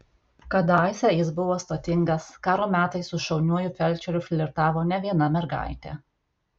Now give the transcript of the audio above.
kadaise jis buvo stotingas karo metais su šauniuoju felčeriu flirtavo ne viena mergaitė